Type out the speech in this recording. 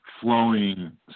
flowing